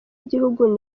igihugu